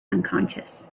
unconscious